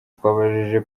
twabajije